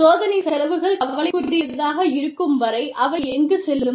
சோதனைச் செலவுகள் கவலைக்குரியதாக இருக்கும் வரை அவை எங்கு செல்லும்